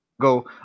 Go